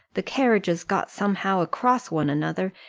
the carriages got somehow across one another,